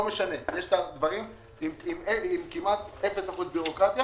עם כמעט אפס אחוז בירוקרטיה